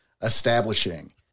establishing